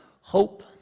hope